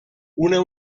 una